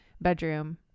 bedroom